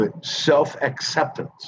self-acceptance